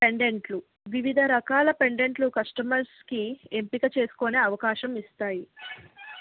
పెండెంట్లు వివిధ రకాల పెండెంట్లు కస్టమర్స్కి ఎంపిక చేస్కొనే అవకాశం ఇస్తాయి